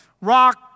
rock